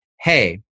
hey